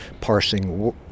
parsing